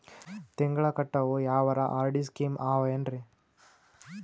ತಿಂಗಳ ಕಟ್ಟವು ಯಾವರ ಆರ್.ಡಿ ಸ್ಕೀಮ ಆವ ಏನ್ರಿ?